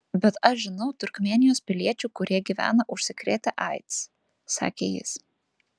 bet aš žinau turkmėnijos piliečių kurie gyvena užsikrėtę aids sakė jis